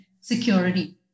security